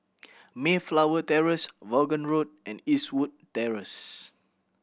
Mayflower Terrace Vaughan Road and Eastwood Terrace